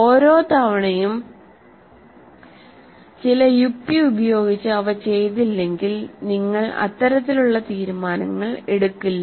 ഓരോ തവണയും ചില യുക്തി ഉപയോഗിച്ച് അവ ചെയ്തില്ലെങ്കിൽ നിങ്ങൾ അത്തരത്തിലുള്ള തീരുമാനങ്ങൾ എടുക്കില്ല